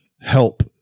help